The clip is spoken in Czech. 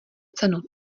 cenu